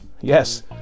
Yes